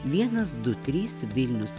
vienas du trys vilnius